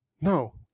No